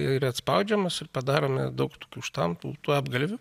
ir atspaudžiamas ir padarome daug tokių štampų apgalvių